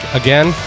again